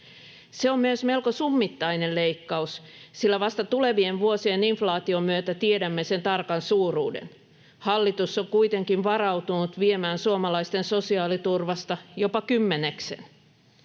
Se on myös melko summittainen leikkaus, sillä vasta tulevien vuosien inflaation myötä tiedämme sen tarkan suuruuden. Hallitus on kuitenkin varautunut viemään suomalaisten sosiaaliturvasta jopa kymmeneksen.